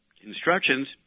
instructions